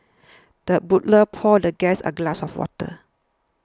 the butler poured the guest a glass of water